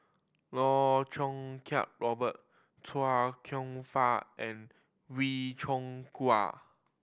Loh Choo Kiat Robert Chia Kwek Fah and Wee Cho